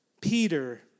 Peter